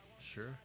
Sure